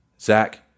Zach